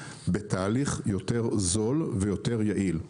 בתהליך יותר זול ויותר יעיל.